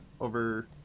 over